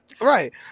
right